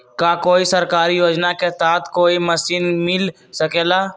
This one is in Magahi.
का कोई सरकारी योजना के तहत कोई मशीन मिल सकेला?